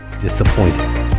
disappointed